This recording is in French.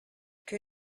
que